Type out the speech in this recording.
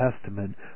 Testament